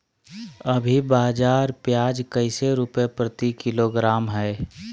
अभी बाजार प्याज कैसे रुपए प्रति किलोग्राम है?